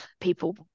people